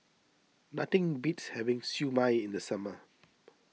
nothing beats having Siew Mai in the summer